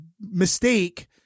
mistake